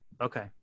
Okay